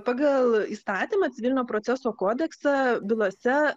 pagal įstatymą civilinio proceso kodeksą bylose